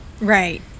right